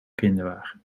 kinderwagen